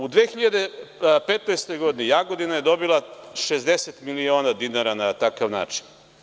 U 2015. godini Jagodina je dobila 60 miliona dinara na takav način.